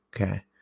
Okay